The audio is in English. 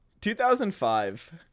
2005